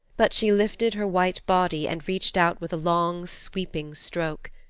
but she lifted her white body and reached out with a long, sweeping stroke.